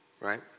right